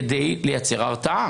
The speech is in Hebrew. כדי לייצר הרתעה.